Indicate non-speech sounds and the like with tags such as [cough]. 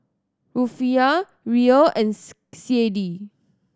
Rufiyaa Riel and [unintelligible] C A D